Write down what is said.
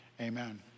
Amen